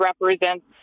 represents